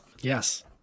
yes